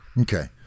okay